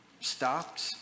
stopped